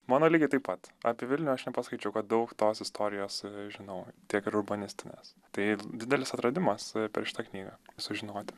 mano lygiai taip pat apie vilnių aš nepasakyčiau kad daug tos istorijos žinau tiek ir urbanistinės tai didelis atradimas per šitą knygą sužinoti